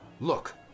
Look